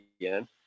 again